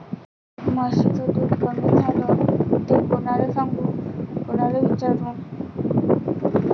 म्हशीचं दूध कमी झालं त कोनाले सांगू कोनाले विचारू?